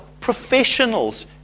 professionals